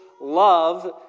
love